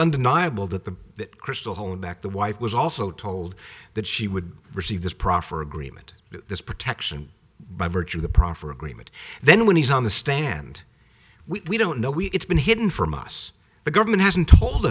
the crystal holding back the wife was also told that she would receive this proffer agreement this protection by virtue of the proffer agreement then when he's on the stand we don't know we it's been hidden from us the government hasn't told